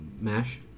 Mash